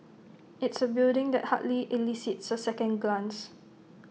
it's A building that hardly elicits A second glance